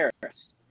paris